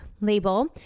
label